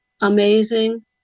amazing